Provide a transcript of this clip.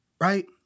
right